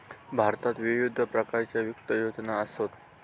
भारतात विविध प्रकारच्या वित्त योजना असत